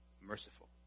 merciful